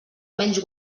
menys